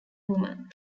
woman